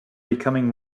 becoming